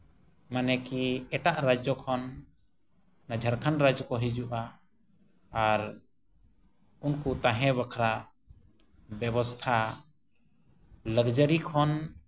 ᱢᱟᱱᱮ ᱠᱤ ᱮᱴᱟᱜ ᱨᱟᱡᱽᱡᱚ ᱠᱷᱚᱱ ᱱᱚᱣᱟ ᱡᱷᱟᱲᱠᱷᱚᱸᱰ ᱨᱟᱡᱽᱡᱚ ᱠᱚ ᱦᱤᱡᱩᱜᱼᱟ ᱟᱨ ᱩᱱᱠᱩ ᱛᱟᱦᱮᱸ ᱵᱟᱠᱷᱨᱟ ᱵᱮᱵᱚᱥᱛᱷᱟ ᱞᱟᱠᱡᱟᱨᱤ ᱠᱷᱚᱱ